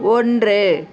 ஒன்று